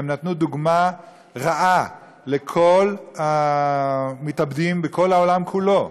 נתנו דוגמה רעה לכל המתאבדים בכל העולם כולו,